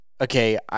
okay